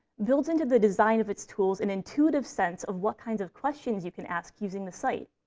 built into the design of its tools, an intuitive sense of what kinds of questions you can ask using the site.